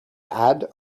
add